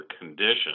condition